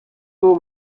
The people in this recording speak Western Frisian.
wol